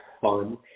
fun